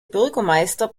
bürgermeister